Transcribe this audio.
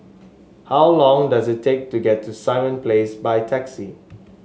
how long does it take to get to Simon Place by taxi